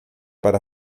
para